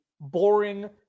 boring